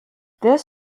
this